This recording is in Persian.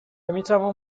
میتوان